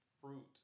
fruit